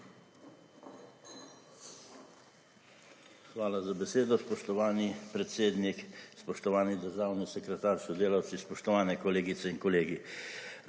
Hvala za besedo, spoštovani predsednik. Spoštovani državni sekretar s sodelavci, spoštovane kolegice in kolegi.